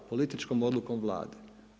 Političkom odlukom Vlade.